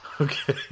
Okay